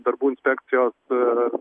darbų inspekcijos ir